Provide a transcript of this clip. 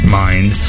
mind